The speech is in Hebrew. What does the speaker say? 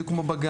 בדיוק כמו בגן.